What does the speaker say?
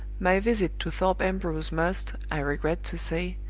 my visit to thorpe ambrose must, i regret to say,